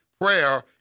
Prayer